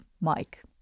Mike